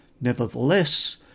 Nevertheless